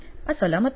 આ સલામત નથી